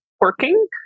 working